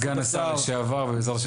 סגן השר לשעבר, בעזרת ה'